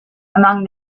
among